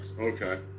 Okay